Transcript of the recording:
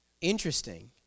Interesting